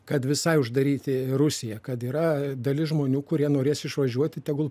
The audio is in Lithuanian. kad visai uždaryti rusiją kad yra dalis žmonių kurie norės išvažiuoti tegul